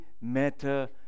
matter